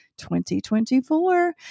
2024